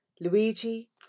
Luigi